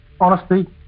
Honesty